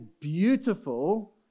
beautiful